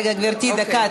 רגע, רגע, גברתי, דקה.